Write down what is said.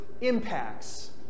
impacts